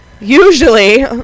Usually